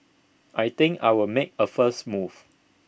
I think I will make A first move